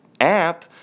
app